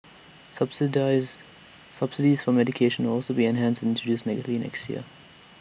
subsidies subsidies for medication will also be enhanced introduce next year